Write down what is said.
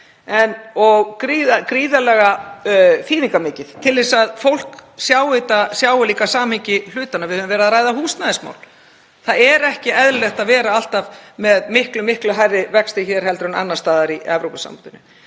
og gríðarlega þýðingarmikið til að fólk sjái líka samhengi hlutanna. Við höfum verið að ræða húsnæðismál. Það er ekki eðlilegt að vera alltaf með miklu hærri vexti hér heldur en annars staðar í Evrópusambandinu.